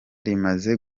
rimaze